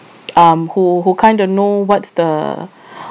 um who who kind of know what's the